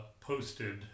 posted